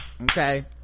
okay